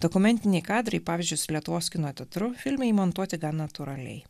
dokumentiniai kadrai pavyzdžiui su lietuvos kino teatru filme įmontuoti gan natūraliai